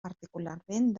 particularment